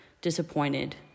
disappointed